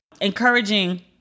encouraging